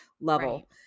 level